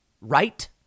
right